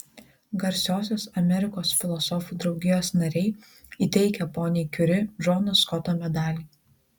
garsiosios amerikos filosofų draugijos nariai įteikia poniai kiuri džono skoto medalį